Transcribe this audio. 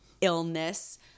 illness